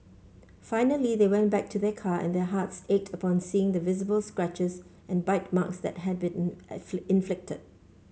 finally they went back to their car and their hearts ached upon seeing the visible scratches and bite marks that had been inflicted